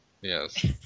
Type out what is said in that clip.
Yes